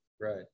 Right